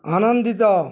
ଆନନ୍ଦିତ